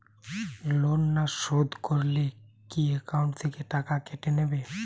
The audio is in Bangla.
লোন না শোধ করলে কি একাউন্ট থেকে টাকা কেটে নেবে?